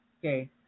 Okay